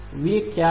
वे क्या हैं